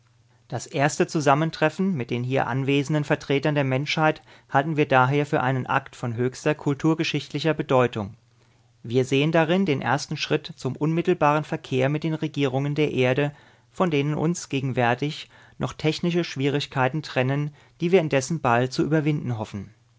das erste zusammentreffen mit den hier anwesenden vertretern der menschheit halten wir daher für einen akt von höchster kulturgeschichtlicher bedeutung wir sehen darin den ersten schritt zum unmittelbaren verkehr mit den regierungen der erde von denen uns gegenwärtig noch technische schwierigkeiten trennen die wir indessen bald zu überwinden hoffen